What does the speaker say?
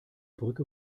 brücke